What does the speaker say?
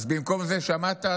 אז במקום זה שמעת,